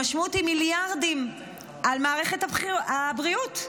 המשמעות היא מיליארדים למערכת הבריאות,